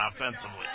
offensively